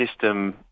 system